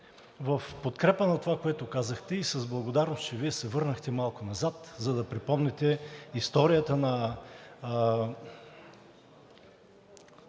в подкрепа на това, което казахте, и с благодарност, че Вие се върнахте малко назад, за да припомните историята на